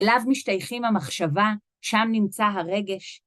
אליו משתייכים המחשבה, שם נמצא הרגש.